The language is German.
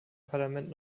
parlament